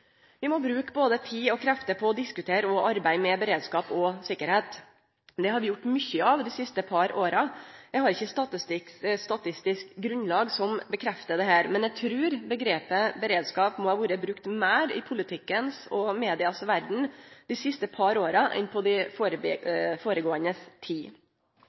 Vi må bruke både tid og krefter på å diskutere og arbeide med beredskap og sikkerheit. Det har vi gjort mykje av dei siste par åra. Eg har ikkje statistisk grunnlag som bekreftar dette, men eg trur omgrepet beredskap må ha vore brukt meir i politikken og media si verd i dei siste par åra enn i dei føregåande ti.